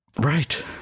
right